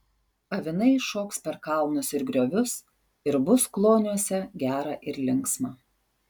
avinai šoks per kalnus ir griovius ir bus kloniuose gera ir linksma